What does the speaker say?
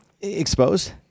exposed